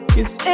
Cause